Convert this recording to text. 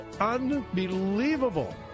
unbelievable